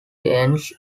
ends